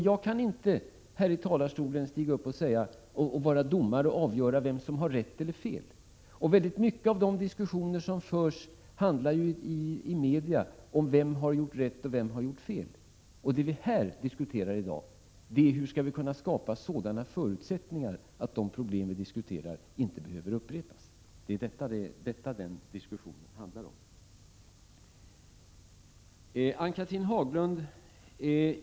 Jag kan inte stå här i talarstolen och vara domare då det gäller vem som har rätt eller fel i detta fall. Väldigt mycket av de diskussioner som förs i media handlar ju om vem som har gjort rätt och vem som har gjort fel. Det vi här diskuterar är hur vi skall kunna skapa sådana förutsättningar att dessa problem inte behöver uppstå igen. Det är detta diskussionen handlar om.